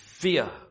Fear